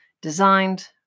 designed